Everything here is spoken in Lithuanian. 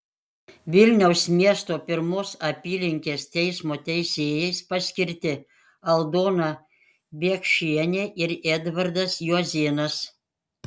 vilniaus miesto pirmos apylinkės teismo teisėjais paskirti aldona biekšienė ir edvardas juozėnas